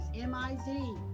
M-I-Z